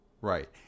Right